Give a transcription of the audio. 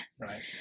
Right